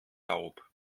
taub